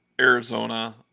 Arizona